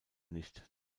nicht